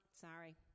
sorry